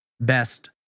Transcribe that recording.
Best